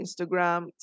Instagram